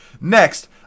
Next